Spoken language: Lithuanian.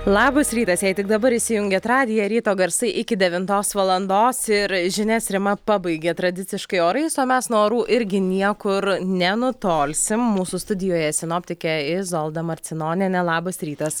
labas rytas jei tik dabar įsijungėt radiją ryto garsai iki devintos valandos ir žinias rima pabaigė tradiciškai orais o mes nuo orų irgi niekur nenutolsim mūsų studijoje sinoptikė izolda marcinonienė labas rytas